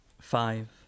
Five